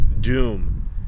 doom